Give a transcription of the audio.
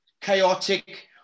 Chaotic